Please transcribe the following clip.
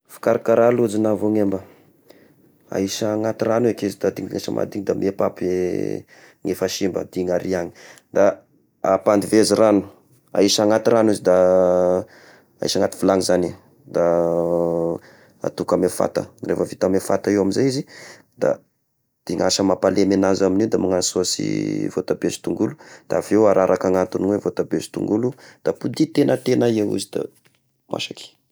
Fikarakara lojy na voanemba, ahisy agnaty ragno eky izy de atengesa madigny da amy io papy efa simba de igny ariagna ,da ampadivezy ragno, ahisy anaty ragno izy da ahisy agnaty vilagny izagny eh, da atoky amy fata, de revo vita amy fata io amy izay izy da digniasa mampalemy agnazy amin'io da magnao sôsy voatabia sy tongolo da avy ao araraka anatin'io voatabia sy tongolo apody tegna tegna eo izy da masaky.